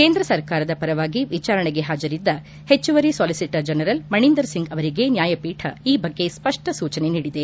ಕೇಂದ್ರ ಸರ್ಕಾರದ ಪರವಾಗಿ ವಿಚಾರಣೆಗೆ ಹಾಜರಿದ್ದ ಹೆಚ್ಚುವರಿ ಸಾಲಿಸಿಟರ್ ಜನರಲ್ ಮಣಿಂದರ್ ಸಿಂಗ್ ಅವರಿಗೆ ನ್ಯಾಯಪೀಠ ಈ ಬಗ್ಗೆ ಸ್ಪಷ್ಟ ಸೂಚನೆ ನೀಡಿದೆ